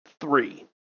three